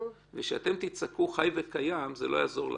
וכשאתם תצעקו חי וקיים זה לא יעזור לכם.